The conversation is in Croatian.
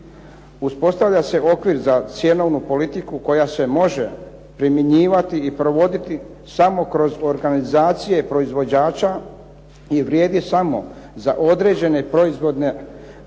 uspostavlja se okvir za cjenovnu politiku koja se može primjenjivati i voditi samo kroz organizacije proizvođača, gdje vrijedi samo za određena proizvodna ribarstva.